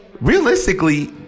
realistically